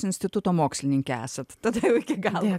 instituto mokslininkė esat tada jau iki galo